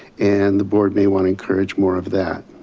and the board may want to encourage more of that.